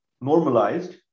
normalized